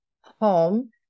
home